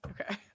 okay